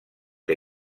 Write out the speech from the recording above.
que